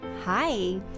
Hi